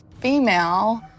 female